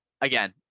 again